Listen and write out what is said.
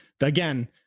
Again